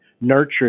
nurture